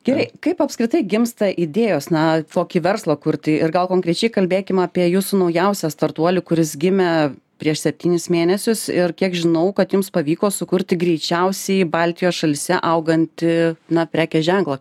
gerai kaip apskritai gimsta idėjos na kokį verslą kurti ir gal konkrečiai kalbėkim apie jūsų naujausią startuolį kuris gimė prieš septynis mėnesius ir kiek žinau kad jums pavyko sukurti greičiausiai baltijos šalyse augantį na prekės ženklą